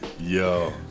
yo